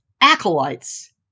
acolytes